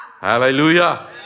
Hallelujah